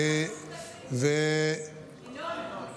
אדוני השר,